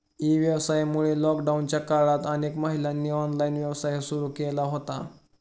E व्यवसायामुळे लॉकडाऊनच्या काळात अनेक महिलांनी ऑनलाइन व्यवसाय सुरू केला होता